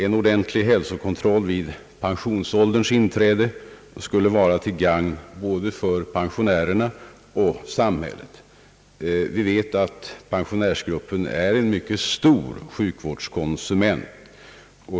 En ordentlig hälsokontroll vid pensionsålderns inträde skulle vara till gagn både för pensionärerna och samhället. Vi vet att pensionärsgruppen är en mycket stor sjukvårdskonsument.